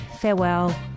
farewell